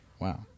Wow